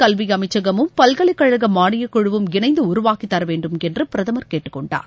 கல்வி அமைச்சகமும் பல்கலைக்கழக மானியக்குழுவும் இணைந்து உருவாக்கி தரவேண்டும் என்று பிரதமர் கேட்டுக்கொண்டார்